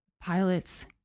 pilots